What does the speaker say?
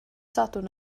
sadwrn